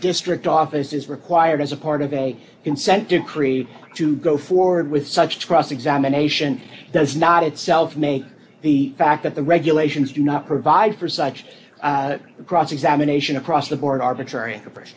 district office is required as a part of a consent decree to go forward with such cross examination does not itself make the fact that the regulations do not provide for such a cross examination across the board arbitrary